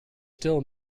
still